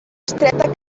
estreta